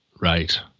Right